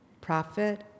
prophet